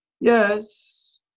yes